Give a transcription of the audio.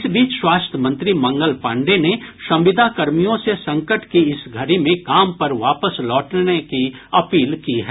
इस बीच स्वास्थ्य मंत्री मंगल पांडेय ने संविदा कर्मियों से संकट की इस घड़ी में काम पर वापस लौटने की अपील की है